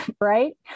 right